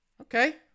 Okay